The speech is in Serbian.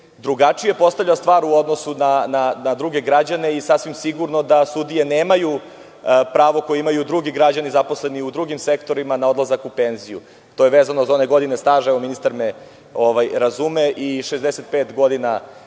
drugačije postavlja stvar u odnosu na druge građane i sasvim sigurno da sudije nemaju pravo koje imaju drugi građani zaposleni u drugim sektorima za odlazak u penziju. To je vezano za one godine staža, ministar me razume, i 65 godina starosti,